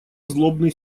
злобный